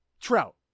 Trout